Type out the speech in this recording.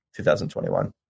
2021